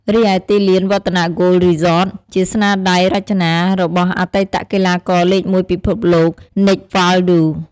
រីឯទីលាន Vattanac Golf Resort ជាស្នាដៃរចនារបស់អតីតកីឡាករលេខមួយពិភពលោក Nick Faldo។